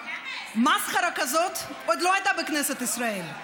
מסחרה כזאת עוד לא הייתה בכנסת ישראל,